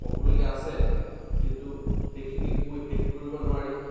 ক'বলগীয়া আছে কিন্তু সেইখিনি কৈ শেষ কৰিব নোৱাৰি